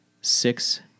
six